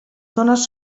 zonas